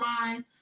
mind